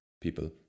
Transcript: people